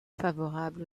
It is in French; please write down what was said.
favorable